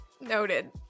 Noted